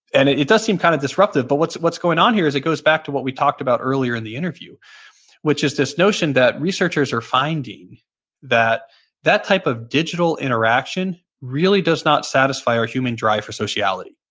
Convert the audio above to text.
and it it does seem kind of disruptive, but what's what's going on here is it goes back to what we talked about earlier in the interview which is the notion that researchers are finding that that type of digital interaction really does not satisfy our human drive for sociality.